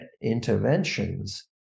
interventions